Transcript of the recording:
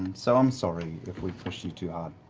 so i'm sorry if we pushed you too hard.